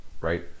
right